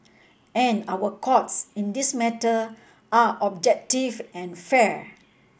and our Courts in this matter are objective and fair